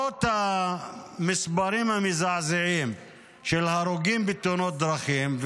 המספרים המזעזעים של הרוגים בתאונות דרכים,